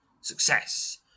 success